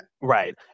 right